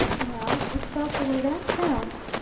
well, it felt the way that sounds!